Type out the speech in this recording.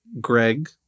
Greg